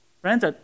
Friends